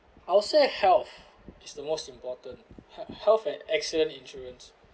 I'll say health is the most important health health and accident insurance